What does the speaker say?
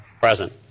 Present